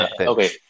Okay